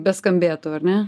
beskambėtų ar ne